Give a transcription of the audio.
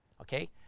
Okay